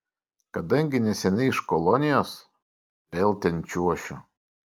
kadangi neseniai iš kolonijos vėl ten čiuošiu